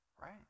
right